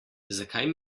zakaj